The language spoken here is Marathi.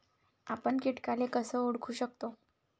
आपन कीटकाले कस ओळखू शकतो?